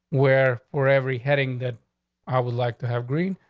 where for every heading that i would like to have green,